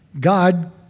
God